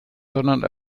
sondern